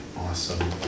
awesome